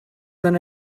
than